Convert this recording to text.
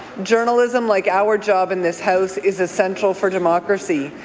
journalism, like our job in this house, is essential for democracy,